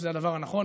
שזה הדבר הנכון,